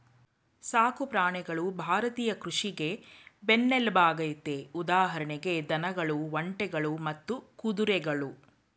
ಸಾಕು ಪ್ರಾಣಿಗಳು ಭಾರತೀಯ ಕೃಷಿಗೆ ಬೆನ್ನೆಲ್ಬಾಗಯ್ತೆ ಉದಾಹರಣೆಗೆ ದನಗಳು ಒಂಟೆಗಳು ಮತ್ತೆ ಕುದುರೆಗಳು